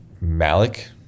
malik